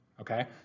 okay